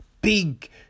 big